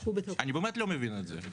אני באמת לא מבין את זה.